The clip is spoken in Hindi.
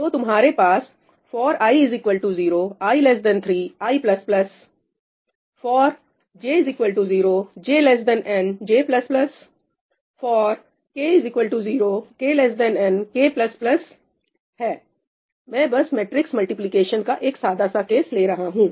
तो तुम्हारे पास है 'for i 0 i n i ' 'for j 0 j n j ' 'for k 0 k n k ' मैं बस मैट्रिक्स मल्टीप्लिकेशन का एक सादा सा केस ले रहा हूं